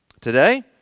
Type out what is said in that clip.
today